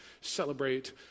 celebrate